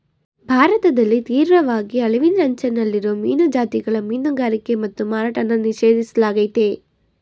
ಭಾರತದಲ್ಲಿ ತೀವ್ರವಾಗಿ ಅಳಿವಿನಂಚಲ್ಲಿರೋ ಮೀನು ಜಾತಿಗಳ ಮೀನುಗಾರಿಕೆ ಮತ್ತು ಮಾರಾಟನ ನಿಷೇಧಿಸ್ಲಾಗಯ್ತೆ